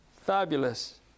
fabulous